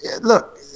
look